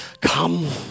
come